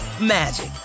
magic